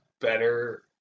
better